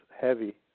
heavy